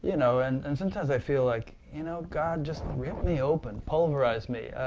you know and and sometimes i feel like, you know god, just rip me open, pulverize me,